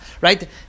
right